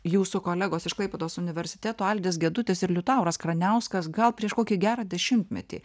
jūsų kolegos iš klaipėdos universiteto aldas gedutis ir liutauras kraniauskas gal prieš kokį gerą dešimtmetį